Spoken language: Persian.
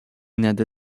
نده